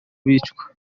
bicwa